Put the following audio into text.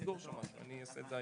בוקר טוב,